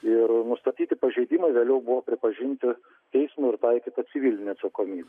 ir nustatyti pažeidimai vėliau buvo pripažinti teismo ir taikyta civilinė atsakomybė